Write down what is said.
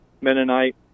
Mennonite